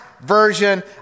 version